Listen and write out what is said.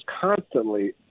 constantly